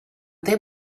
they